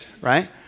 right